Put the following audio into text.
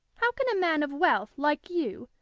how can a man of wealth, like you,